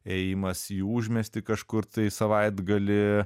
ėjimas į užmiestį kažkur tai savaitgalį